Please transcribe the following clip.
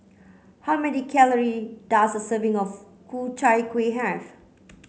how many calorie does a serving of Ku Chai Kuih have